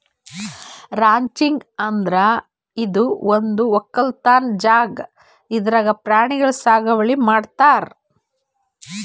ranching ಅಂದ್ರ ಇದು ಒಂದ್ ವಕ್ಕಲತನ್ ಜಾಗಾ ಇದ್ರಾಗ್ ಪ್ರಾಣಿ ಸಾಗುವಳಿ ಮಾಡ್ತಾರ್